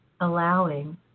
allowing